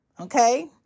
okay